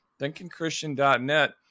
thinkingchristian.net